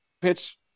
pitch